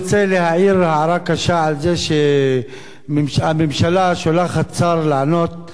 קשה על זה שהממשלה שולחת שר לענות כשאין תשובה.